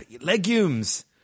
Legumes